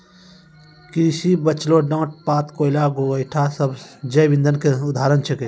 कृषि के बचलो डांट पात, कोयला, गोयठा सब जैव इंधन के उदाहरण छेकै